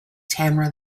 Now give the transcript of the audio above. tamara